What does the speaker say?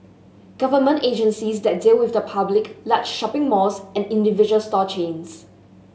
government agencies that deal with the public large shopping malls and individual store chains